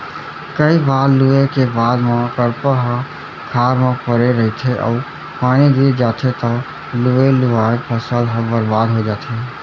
कइ बार लूए के बाद म करपा ह खार म परे रहिथे अउ पानी गिर जाथे तव लुवे लुवाए फसल ह बरबाद हो जाथे